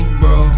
bro